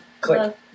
Click